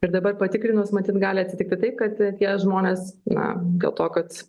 ir dabar patikrinus matyt gali atsitikti tai kad tie žmonės na dėl to kad